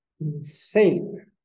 insane